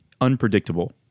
unpredictable